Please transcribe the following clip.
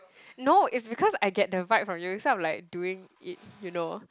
no it's because I get the vibe from you so I'm like doing it you know